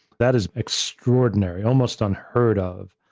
that is extraordinary, almost unheard of.